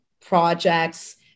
projects